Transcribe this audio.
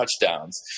touchdowns